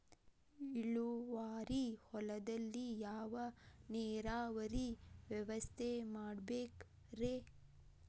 ಇಳುವಾರಿ ಹೊಲದಲ್ಲಿ ಯಾವ ನೇರಾವರಿ ವ್ಯವಸ್ಥೆ ಮಾಡಬೇಕ್ ರೇ?